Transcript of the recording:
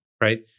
right